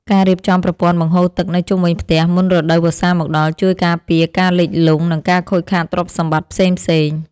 ការរៀបចំប្រព័ន្ធបង្ហូរទឹកនៅជុំវិញផ្ទះមុនរដូវវស្សាមកដល់ជួយការពារការលិចលង់ និងការខូចខាតទ្រព្យសម្បត្តិផ្សេងៗ។